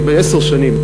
בעשר שנים,